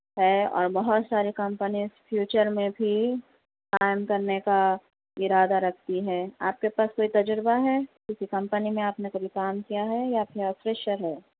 ہے اور بہت سارے کمپنی فیوچر میں بھی کام کرنے کا ارادہ رکھتی ہے آپ کے پاس کوئی تجربہ ہے کسی کمپنی میں آپ نے کبھی کام کیا ہے یا پھر آپ فریشر ہے